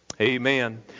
Amen